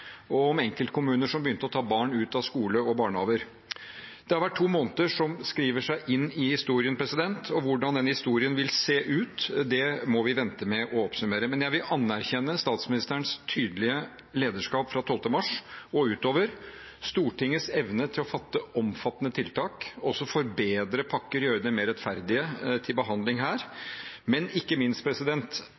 og om enkeltkommuner som begynte å ta barn ut av skoler og barnehager. Det har vært to måneder som skriver seg inn i historien. Hvordan den historien vil se ut, må vi vente med å oppsummere, men jeg vil anerkjenne statsministerens tydelige lederskap fra 12. mars og utover, Stortingets evne til å fatte omfattende vedtak og også forbedre pakker, gjøre dem mer rettferdige ved behandling her, og ikke minst,